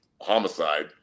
homicide